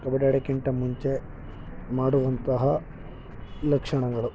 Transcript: ಕಬಡ್ಡಿ ಆಡೋಕ್ಕಿಂತ ಮುಂಚೆ ಮಾಡುವಂತಹ ಲಕ್ಷಣಗಳು